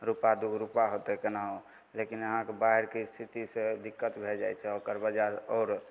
रुपा दइु गो रुपा होतै कोनाहिओ लेकिन यहाँके बाढ़िके इस्थितिसे दिक्कत भै जाइ छै ओकर वजह आओर